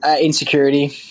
insecurity